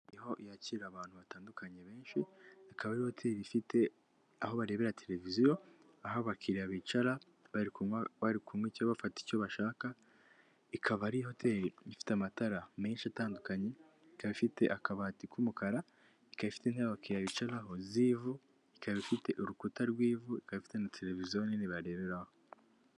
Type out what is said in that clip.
Niho yakira abantu batandukanye bensh,i ikaba ari hoteri ifite aho barebera tereviziyo aho abakiriya bicara bari kumwe bafata icyo bashaka ikaba ari hoteri ifite amatara menshi atandukanye ikaba ifite akabati k'umukara ikaba ifite intebe abakiriya bicaraho z'ivu ikaba ifite urukuta rw'ivu ikaba ifite na tereviziyo nini bareberaho